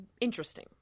interesting